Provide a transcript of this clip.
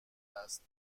است